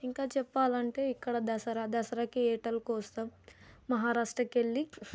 ఇంకా చెప్పాలంటే ఇక్కడ దసరాకు వెళ్లి